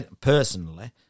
personally